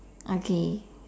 okay